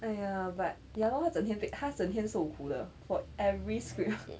!aiya! but ya lor 他整天他整天受苦的 for every script